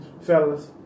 fellas